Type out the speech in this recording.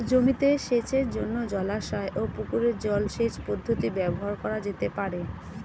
জমিতে সেচের জন্য জলাশয় ও পুকুরের জল সেচ পদ্ধতি ব্যবহার করা যেতে পারে?